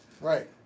Right